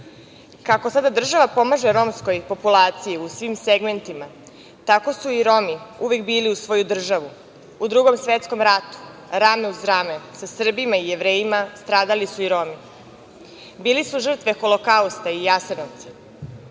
sada država pomaže romskoj populaciji u svim segmentima, tako su i Romi uvek bili uz svoju državu. U Drugom svetskom ratu, rame uz rame sa Srbima i Jevrejima stradali su i Romi, bili su žrtve Holokausta i Jasenovca.